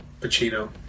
Pacino